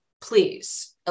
please